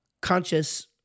conscious